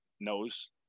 knows